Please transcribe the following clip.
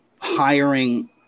hiring